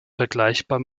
vergleichbar